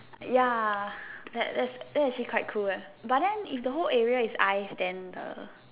ya that that that actually quite cool right but then if the whole area is ice then err